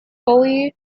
fully